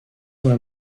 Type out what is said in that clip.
were